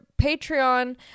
Patreon